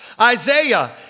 Isaiah